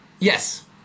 Yes